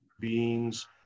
beings